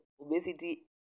obesity